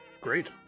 great